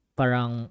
parang